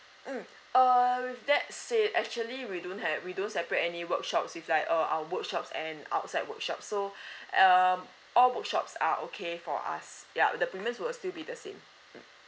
mm uh let's say actually we don't have we don't separate any workshops if like uh our workshops and outside workshops so um all workshops are okay for us yup the premiums will still be the same mm